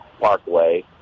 parkway